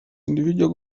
individual